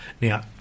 Now